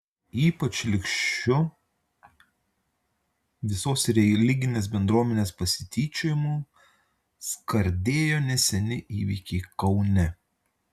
ypač šlykščiu visos religinės bendruomenės pasityčiojimu skardėjo neseni įvykiai kaune